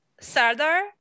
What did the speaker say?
sardar